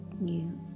new